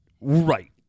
Right